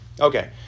okay